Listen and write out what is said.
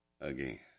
again